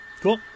Cool